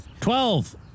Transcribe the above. Twelve